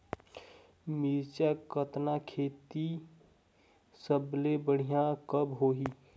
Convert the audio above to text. मिरचा कतना खेती सबले बढ़िया कब होही?